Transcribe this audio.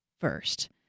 first